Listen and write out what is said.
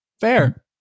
fair